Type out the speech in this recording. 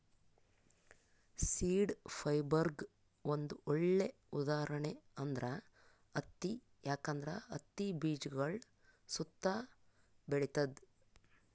seed ಫೈಬರ್ಗ್ ಒಂದ್ ಒಳ್ಳೆ ಉದಾಹರಣೆ ಅಂದ್ರ ಹತ್ತಿ ಯಾಕಂದ್ರ ಹತ್ತಿ ಬೀಜಗಳ್ ಸುತ್ತಾ ಬೆಳಿತದ್